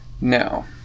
Now